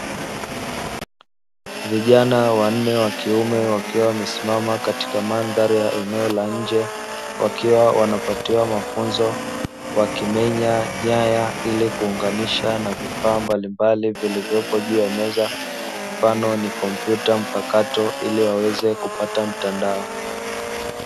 Wanaume wanne wakiwa wamesimama katika mandhari ya eneo la nje, wakiwa wanapatiwa mafunzo ya Kimeniya Jaya ili kuunganisha na vifaa mbalimbali vilivyopo juu ya meza. Mfano ni kompyuta mpakato ili waweze kupata mtandao.